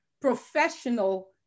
professional